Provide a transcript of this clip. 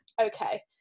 okay